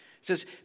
says